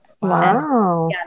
Wow